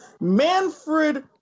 Manfred